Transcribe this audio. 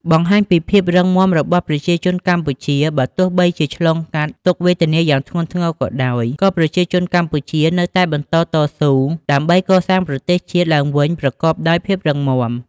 បង្ហាញពីភាពរឹងមាំរបស់ប្រជាជនកម្ពុជាបើទោះបីជាបានឆ្លងកាត់ទុក្ខវេទនាយ៉ាងធ្ងន់ធ្ងរក៏ដោយ ក៏ប្រជាជនកម្ពុជានៅតែបន្តតស៊ូដើម្បីកសាងប្រទេសជាតិឡើងវិញប្រកបដោយភាពរឹងមាំ។